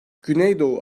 güneydoğu